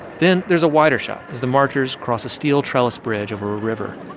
then there's a wider shot, as the marchers cross a steel trellised bridge over a river.